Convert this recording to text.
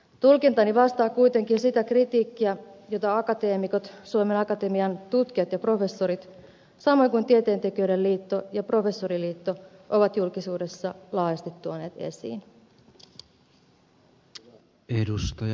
tulkintani vastaa kuitenkin sitä kritiikkiä jota akateemikot suomen akatemian tutkijat ja professorit samoin kuin tieteentekijöiden liitto ja professoriliitto ovat julkisuudessa laajasti tuoneet esiin